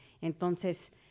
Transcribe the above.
Entonces